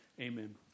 Amen